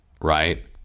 right